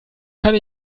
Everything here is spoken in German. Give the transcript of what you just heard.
kann